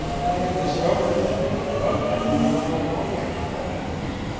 i have discovered that but i do not know why i should have enemies.